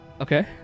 Okay